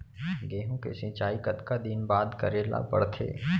गेहूँ के सिंचाई कतका दिन बाद करे ला पड़थे?